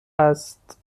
است